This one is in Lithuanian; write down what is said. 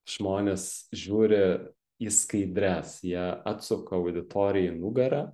žmonės žiūri į skaidres jie atsuka auditorijai nugarą